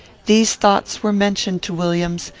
these thoughts were mentioned to williams,